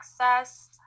access